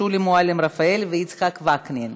שולי מועלם-רפאלי ויצחק וקנין,